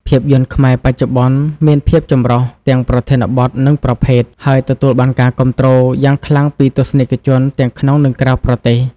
ភាពយន្តខ្មែរបច្ចុប្បន្នមានភាពចម្រុះទាំងប្រធានបទ និងប្រភេទ ហើយទទួលបានការគាំទ្រយ៉ាងខ្លាំងពីទស្សនិកជនទាំងក្នុងនិងក្រៅប្រទេស។